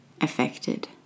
affected